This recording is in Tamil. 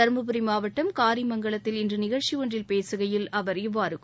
தர்மபுரி மாவட்டம் காரிமங்கலத்தில் இன்று நிகழ்ச்சி ஒன்றில் பேசுகையில் அவர் இவ்வாறு கூறினார்